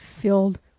filled